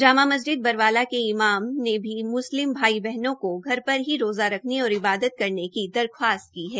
जामा मस्जिद बरवाला के इमाम मोहम्मद इमरान ने भी मुस्लिम भाई बहनों को घर पर ही रोज़ा रखने और इबादत करने की दरख्वास्त की है